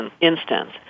instance